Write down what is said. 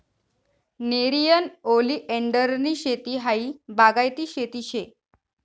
नेरियन ओलीएंडरनी शेती हायी बागायती शेती शे